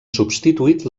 substituït